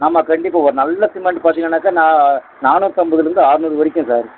ஆமாம் கண்டிப்பாக ஒரு நல்ல சிமெண்ட் பார்த்திங்கன்னாக்க நான் நானூற்றம்பதுலருந்து ஆறுநூறு வரைக்கும் சார்